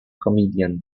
comedian